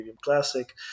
Classic